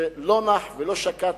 שלא נח ולא שקט,